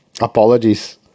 Apologies